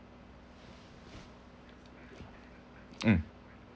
mm